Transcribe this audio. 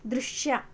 ದೃಶ್ಯ